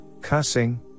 cussing